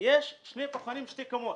יש פחונים שבנויים משתי קומות.